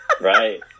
right